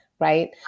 right